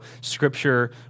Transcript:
scripture